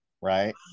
Right